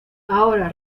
ahora